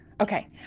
okay